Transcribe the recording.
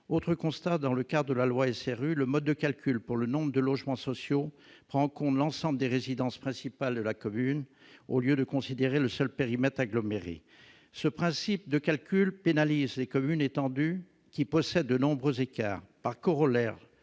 autre constat : dans le cas de la loi SRU, le mode de calcul pour le nombre de logements sociaux, Franck, on ne l'ensemble des résidences principales de la commune, au lieu de considérer le seul périmètre aggloméré ce principe de calcul communes étendue qui possède de nombreux écarts par corollaire